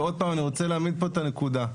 ואני רוצה להעמיד את הנקודה.